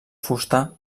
fusta